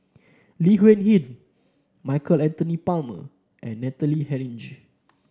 Lee Huei Min Michael Anthony Palmer and Natalie Hennedige